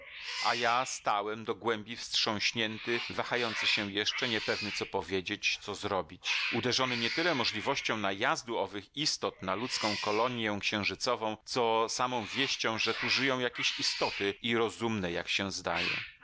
a ja stałem do głębi wstrząśnięty wahający się jeszcze niepewny co powiedzieć co zrobić uderzony nie tyle możliwością najazdu owych istot na ludzką kolonję księżycową co samą wieścią że tu żyją jakieś istoty i rozumne jak się zdaje